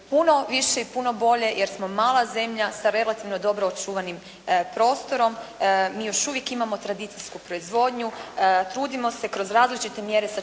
puno više i puno bolje jer smo mala zemlja sa relativno dobro očuvanim prostorom. Mi još uvijek imamo tradicijsku proizvodnju, trudimo se kroz različite mjere sačuvati